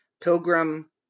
Pilgrim